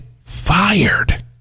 fired